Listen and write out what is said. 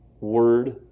Word